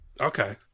Okay